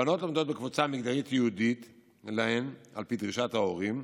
הבנות לומדות בקבוצה מגדרית ייעודית להן על פי דרישת ההורים.